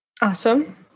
Awesome